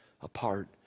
apart